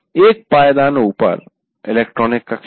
एक पायदान ऊपर इलेक्ट्रॉनिक कक्षा है